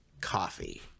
coffee